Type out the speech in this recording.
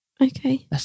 Okay